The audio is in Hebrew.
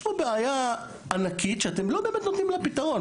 יש פה בעיה ענקית שאתם לא באמת נותנים לה פתרון.